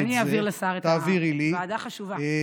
אני אעביר לשר את הוועדה החשובה.